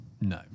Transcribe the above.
No